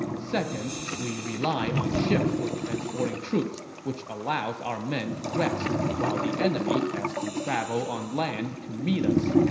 second, we rely on ships for transporting troops, which allows our men to rest, while the enemy has to travel on land to meet us.